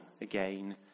again